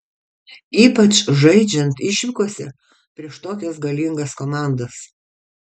ypač žaidžiant išvykose prieš tokias galingas komandas